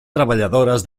treballadores